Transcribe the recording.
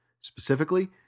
specifically